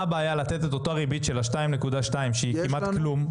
מה הבעיה לתת את אותה ריבית של ה-2.2% שהיא כמעט כלום על כל הכסף?